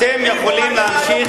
אתם יכולים להמשיך